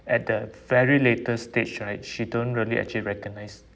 at the very latest stage right she don't really actually recognise